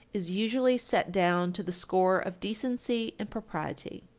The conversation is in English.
is usually set down to the score of decency and propriety.